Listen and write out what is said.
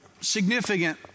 significant